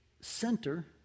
center